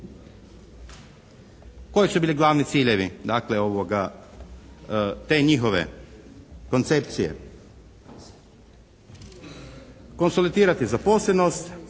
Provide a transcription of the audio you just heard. Koji su bili glavni ciljevi dakle te njihove koncepcije? Konsolitirati zaposlenost,